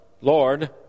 Lord